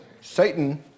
Satan